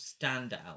standout